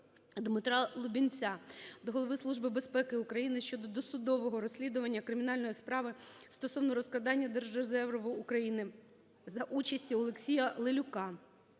Дмитра Лубінця до Голови Служби безпеки України щодо досудового розслідування кримінальної справи стосовно розкрадання Держрезерву України за участі Олексія Лелюка.